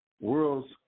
World's